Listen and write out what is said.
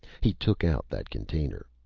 he took out that container.